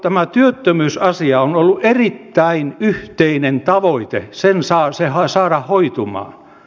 tämä työttömyysasia on ollut erittäin yhteinen tavoite se saada hoitumaan